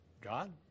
God